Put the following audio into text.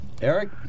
Eric